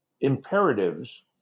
imperatives